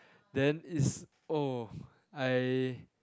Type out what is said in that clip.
then it's oh I